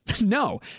No